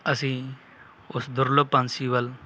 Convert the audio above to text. ਅਸੀਂ ਉਸ ਦੁਰਲੱਭ ਪੰਛੀ ਵੱਲ